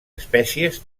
espècies